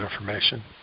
information